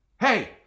hey